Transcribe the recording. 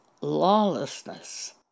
lawlessness